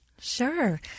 Sure